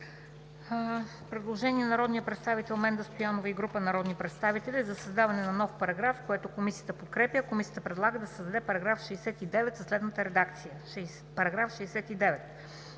предложение на народния представител Менда Стоянова и група народни представители за създаване на нов параграф, което Комисията подкрепя. Комисията предлага да се създаде § 69 със следната редакция: „§ 69.